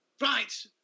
Right